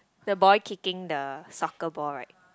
the boy kicking the soccer ball right